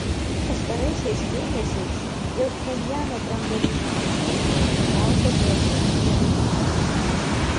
pastaraisiais mėnesiais dėl pchenjano branduolinių ambicijų išaugo geopolitinė įtampa